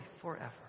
forever